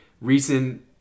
recent